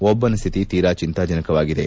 ಒಬ್ಲನ ಸ್ವಿತಿ ತೀರಾ ಚಿಂತಾಜನಕವಾಗಿದೆ